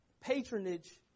patronage